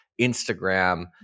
instagram